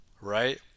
right